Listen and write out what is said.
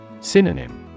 Synonym